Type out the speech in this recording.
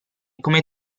come